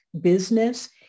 business